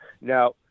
Now